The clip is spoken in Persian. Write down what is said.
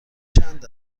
چند